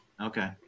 Okay